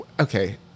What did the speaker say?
okay